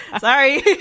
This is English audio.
sorry